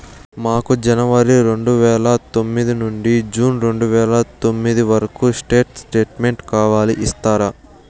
మాకు జనవరి రెండు వేల పందొమ్మిది నుండి జూన్ రెండు వేల పందొమ్మిది వరకు స్టేట్ స్టేట్మెంట్ కావాలి ఇస్తారా